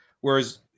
Whereas